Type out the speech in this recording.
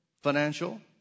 financial